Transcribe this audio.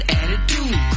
attitude